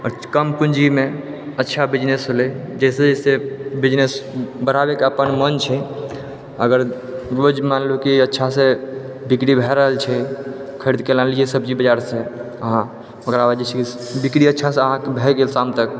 आओर कम पूँजी मे अच्छा बिजनेस भेलै जैसे जैसे बिजनेस बढ़ाबै कऽ अपन मन छै अगर रोज मानि लियौ कि अच्छासे बिक्री भए रहल छै खरीद के आनलयै सब्जी बजार सॅं ओकरा बाद जे छै से बिक्री अच्छासँ भै गेल शाम तक